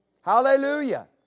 Hallelujah